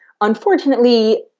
unfortunately